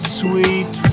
sweet